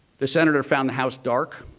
the senator found the house dark,